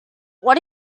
what